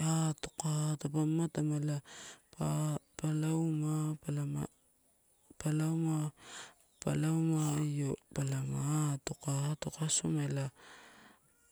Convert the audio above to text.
atoka, taupa mamatama ela pa lauma, pa lama, palama io palama atoka-atoka asoma ela.